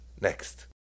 next